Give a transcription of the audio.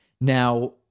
Now